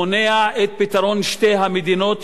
מונע את פתרון שתי המדינות,